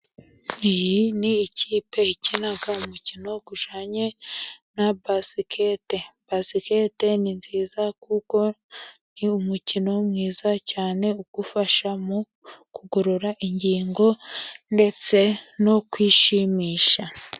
Iyi ni ikipe ikina umukino ujyanye na basikete. Basikete ni nziza kuko ni umukino mwiza cyane ugufasha mu kugorora ingingo, ndetse no kwishimisha.